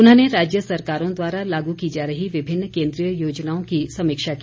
उन्होंने राज्य सरकारों द्वारा लागू की जा रही विभिन्न केन्द्रीय योजनाओं की समीक्षा की